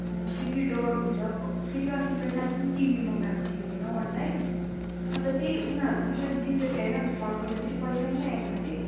त्यो फेरि डर हुन्छ फेरि अस्ति मेरो साथीले पनि टिभी मँगाएको थियो अरे होइन अनलाइन अन्त त्यही उनीहरूको फेरि अलिक डिफेक्ट आयो अन्त फर्काउँदा फेरि पैसा नै आएन अरे